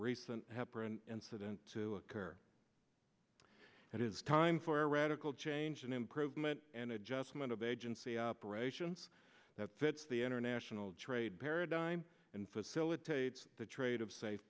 recent helper and student to occur it is time for a radical change and improvement an adjustment of agency operations that fits the international trade paradigm and facilitates the trade of safe